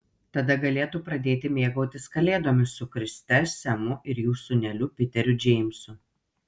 tada galėtų pradėti mėgautis kalėdomis su kriste semu ir jų sūneliu piteriu džeimsu